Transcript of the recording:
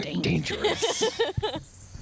dangerous